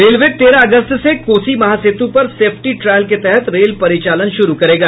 railway तेरह अगस्त से कोसी महासेतु पर सेफ्टी ट्रॉयल के तहत रेल परिचालन शुरू करेगा